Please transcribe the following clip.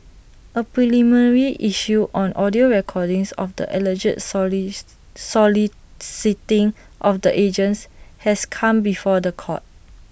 A preliminary issue on audio recordings of the alleged solicits soliciting of the agents has come before The Court